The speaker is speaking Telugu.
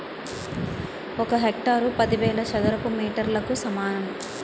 ఒక హెక్టారు పదివేల చదరపు మీటర్లకు సమానం